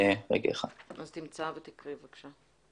אז תמצא ותקריא, בבקשה.